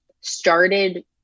started